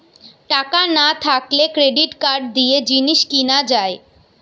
টাকা না থাকলে ক্রেডিট কার্ড দিয়ে জিনিস কিনা যায়